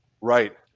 Right